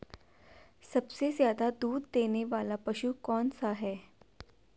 सबसे ज़्यादा दूध देने वाला पशु कौन सा है?